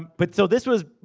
but so, this was.